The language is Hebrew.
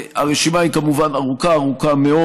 והרשימה היא כמובן ארוכה, ארוכה מאוד.